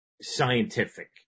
scientific